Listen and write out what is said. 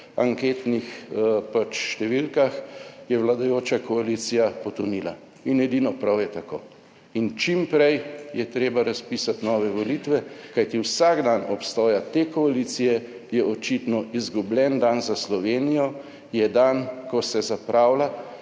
anketnih številkah, je vladajoča koalicija potonila, in edino prav je tako, in čim prej je treba razpisati nove volitve, kajti vsak dan obstoja te koalicije je očitno izgubljen dan za Slovenijo je dan, ko se zapravlja